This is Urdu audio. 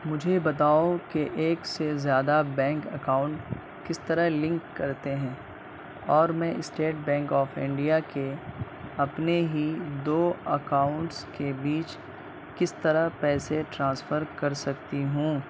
مجھے بتاؤ کہ ایک سے زیادہ بینک اکاؤنٹ کس طرح لنک کرتے ہیں اور میں اسٹیٹ بینک آف انڈیا کے اپنے ہی دو اکاؤنٹس کے بیچ کس طرح پیسے ٹرانسفر کر سکتی ہوں